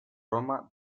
roma